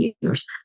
years